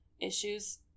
issues